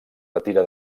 retira